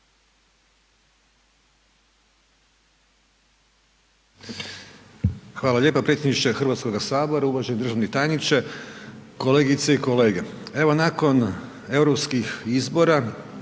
Hvala lijepa predsjedniče Hrvatskoga sabora, uvaženi državni tajniče, kolegice i kolege. Evo nakon europskih izbora,